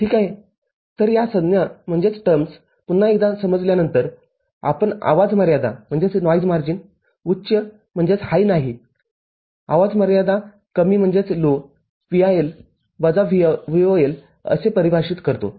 तर या संज्ञा पुन्हा एकदा समजल्यानंतरआपण आवाज मर्यादा उच्च नाही आवाज मर्यादा कमी VIL वजा VOL अशी परिभाषित करतो